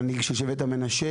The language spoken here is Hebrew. המנהיג של שבט המנשה.